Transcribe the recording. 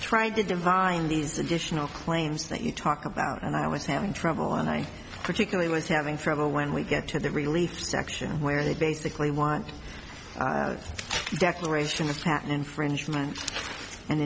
tried to divine these additional claims that you talk about and i was having trouble and i particularly was having trouble when we get to the relief section where they basically want a declaration of fact an infringement an